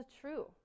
true